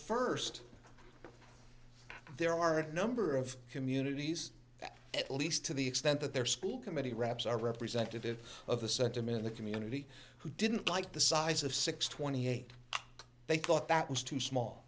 there are a number of communities at least to the extent that their school committee reps are representative of the sentiment in the community who didn't like the size of six twenty eight they thought that was too small